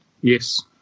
Yes